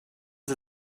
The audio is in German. sie